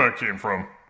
ah came from.